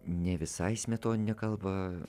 ne visai smetoninę kalbą